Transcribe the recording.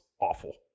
awful